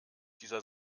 dieser